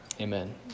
Amen